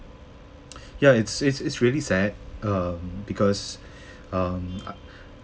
ya it's it's it's really sad um because um